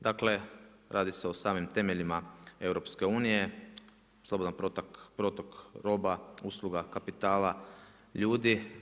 Dakle, radi se o samim temeljima EU, slobodan protok roba, usluga, kapitala, ljudi.